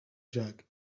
jug